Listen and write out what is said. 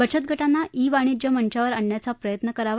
बचतगटांना ई वाणिज्य मंचावर आणण्याचा प्रयत्न करावा